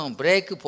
break